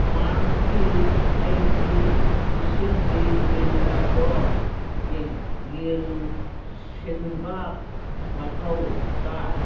ꯃꯥꯔꯁꯀꯤ ꯑꯩꯒꯤ ꯏꯁꯤꯡꯒꯤ ꯕꯤꯜ ꯑꯗꯣ ꯌꯦꯡꯁꯤꯟꯕ ꯃꯊꯧ ꯇꯥꯏ